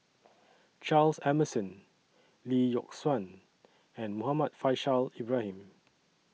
Charles Emmerson Lee Yock Suan and Muhammad Faishal Ibrahim